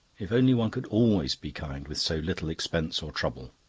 if only one could always be kind with so little expense or trouble.